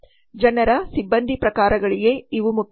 ಜನರ ಸಿಬ್ಬಂದಿ ಪ್ರಕಾರಗಳಿಗೆ ಇವು ಮುಖ್ಯ